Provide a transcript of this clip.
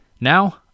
Now